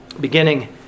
beginning